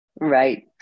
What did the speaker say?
Right